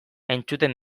entzuten